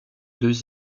deux